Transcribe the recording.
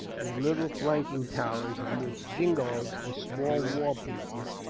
with little flanking towers on which jingalls, or small wall pieces,